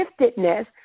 giftedness